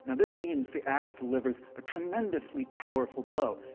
this means the axe delivers a tremendously powerful blow.